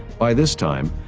by this time,